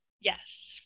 Yes